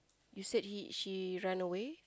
you said he she run away